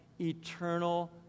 eternal